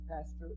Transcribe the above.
Pastor